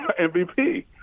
MVP